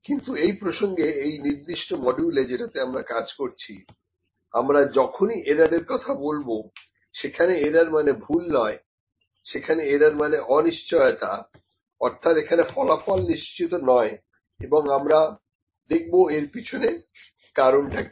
কিন্তু এই প্রসঙ্গে এই নির্দিষ্ট মডিউলে যেটাতে আমরা কাজ করছি আমরা যখনই এরর এর কথা বলব সেখানে এরর মানে ভুল নয় এখানে এরর মানে অনিশ্চয়তা অর্থাৎ এখানে ফলাফল নিশ্চিত নয় এবং আমরা দেখব এর পেছনে কারন টা কি